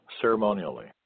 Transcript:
ceremonially